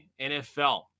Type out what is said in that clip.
NFL